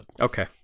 Okay